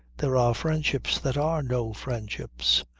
there are friendships that are no friendships,